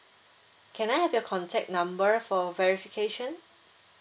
can I have your contact number for verification